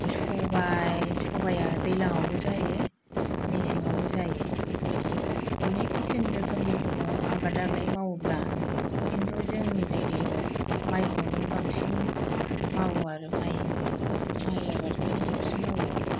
सबाय सबाया दैलाङावबो जायो मेसेङावबो जायो अनेख किसोम रोखोमनि दङ आबादालाय मावोब्ला खान्थु जोंनि जायगायाव मायखौनो बांसिन मावो आरो माय आबादखौनो बांसिन मावो